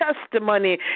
testimony